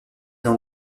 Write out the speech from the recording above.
n’en